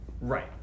Right